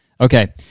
Okay